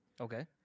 Okay